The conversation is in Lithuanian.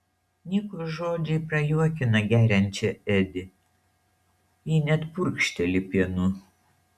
niko žodžiai prajuokina geriančią edi ji net purkšteli pienu